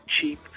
cheap